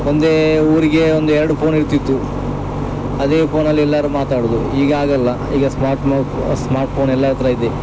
ಒಂದೇ ಊರಿಗೆ ಒಂದು ಎರಡು ಫೋನ್ ಇರ್ತಿತ್ತು ಅದೇ ಫೋನಲ್ಲಿ ಎಲ್ಲಾರು ಮಾತಾಡುದು ಈಗ ಆಗಲ್ಲ ಈಗ ಸ್ಮಾರ್ಟ್ ಸ್ಮಾರ್ಟ್ಫೋನ್ ಎಲ್ಲಾರ ಹತ್ರ ಇದೆ